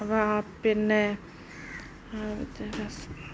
P പിന്നെ